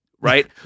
right